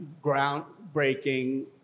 groundbreaking